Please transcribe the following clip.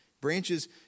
Branches